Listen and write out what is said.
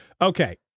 Okay